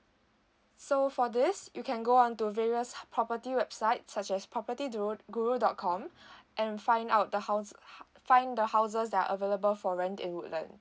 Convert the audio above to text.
so for this you can go on to various property website such as property do~ google dot com and find out the house find the houses that are available for rent in woodland